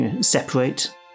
Separate